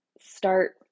start